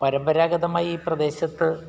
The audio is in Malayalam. പരമ്പരാഗതമായി ഈ പ്രദേശത്ത്